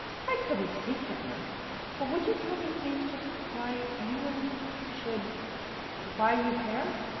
i couldn't speak to her but would you tell me please just why any one should why you care?